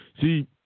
See